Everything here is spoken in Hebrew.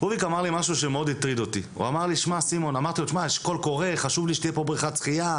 עשינו את זה כדי לסייע לנושא של רצועה נפרדת לחברה הערבית בכללותה,